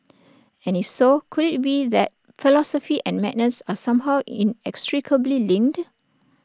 and if so could IT be that philosophy and madness are somehow inextricably linked